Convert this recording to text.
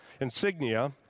insignia